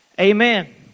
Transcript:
Amen